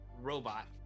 robot